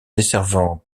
desservant